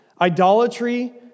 idolatry